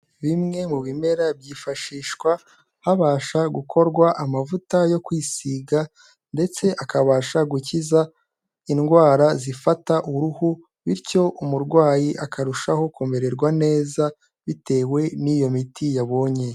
Bimwe mu bimera byifashishwa habasha gukorwa amavuta yo kwisiga ndetse akabasha gukiza indwara zifata uruhu, bityo umurwayi akarushaho kumererwa neza bitewe n'iyo miti yabonye.